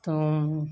তো